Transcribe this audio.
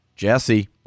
Jesse